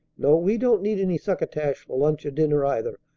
no, we don't need any succotash for lunch or dinner, either.